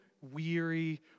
weary